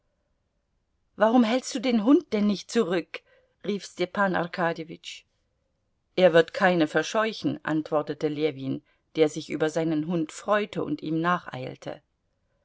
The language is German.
warum hältst du den hund denn nicht zurück rief stepan arkadjewitsch er wird keine verscheuchen antwortete ljewin der sich über seinen hund freute und ihm